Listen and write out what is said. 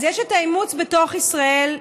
אז יש את האימוץ בתוך ישראל,